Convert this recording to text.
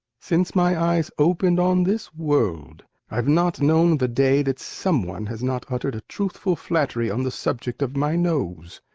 since my eyes opened on this world i've not known the day that someone has not uttered a truthful flattery on the subject of my nose.